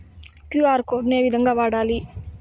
QR code ను ఏ విధంగా వాడాలి?